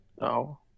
no